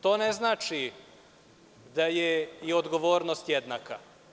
To ne znači da je i odgovornost jednaka.